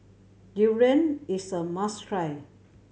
durian is a must try